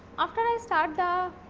after i start the